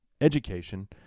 education